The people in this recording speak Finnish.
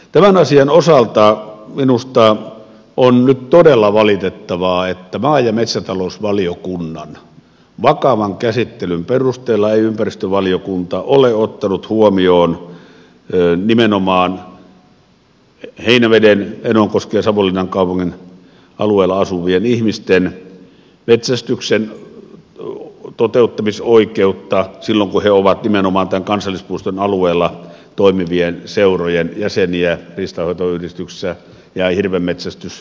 tämän asian osalta minusta on nyt todella valitettavaa että maa ja metsätalousvaliokunnan vakavan käsittelyn perusteella ei ympäristövaliokunta ole ottanut huomioon nimenomaan heinäveden enonkosken ja savonlinnan kaupungin alueella asuvien ihmisten metsästyksen toteuttamisoikeutta silloin kun he ovat nimenomaan tämän kansallispuiston alueella toimivien seurojen jäseniä riistanhoitoyhdistyksissä ja hirvenmetsästysporukoissa